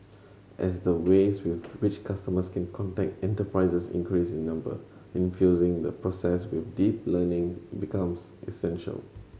as the ways with which customers can contact enterprises increase in number infusing the process with deep learning becomes essential